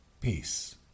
peace